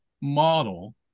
model